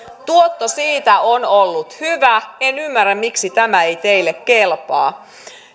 tuotto siitä on ollut hyvä enkä ymmärrä miksi tämä ei teille kelpaa